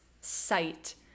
sight